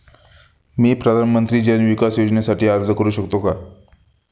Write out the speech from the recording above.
मी प्रधानमंत्री जन विकास योजनेसाठी अर्ज करू शकतो का?